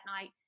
night